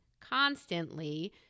constantly